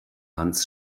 hans